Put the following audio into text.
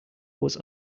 was